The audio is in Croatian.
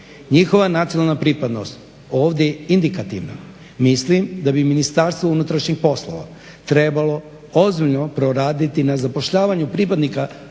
Njihova nacionalna pripadnost ovdje je indikativna. Mislim da bi Ministarstvo unutarnjih poslova trebalo ozbiljno poraditi na zapošljavanju pripadnika